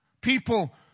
people